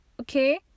Okay